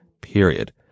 period